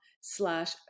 slash